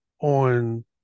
on